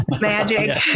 magic